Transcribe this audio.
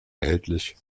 erhältlich